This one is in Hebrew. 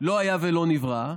לא היה ולא נברא,